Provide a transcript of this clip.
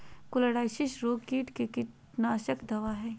Chlorpyrifos कौन किट का कीटनाशक दवा है?